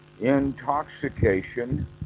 intoxication